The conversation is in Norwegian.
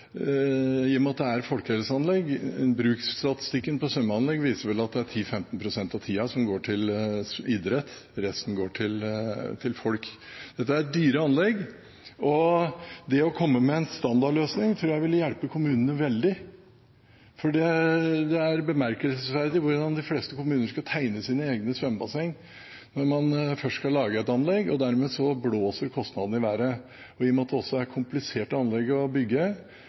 er folkehelseanlegg. Bruksstatistikken på svømmeanlegg viser vel at det er 10–15 pst. av tida som går til idretten, resten går til folket. Dette er dyre anlegg. Det å komme med en standardløsning tror jeg ville hjelpe kommunene veldig, for det er bemerkelsesverdig hvordan de fleste kommuner skal tegne sine egne svømmebasseng når man først skal lage et anlegg, og dermed blåser kostnadene i været. Og i og med at det også er kompliserte anlegg å bygge,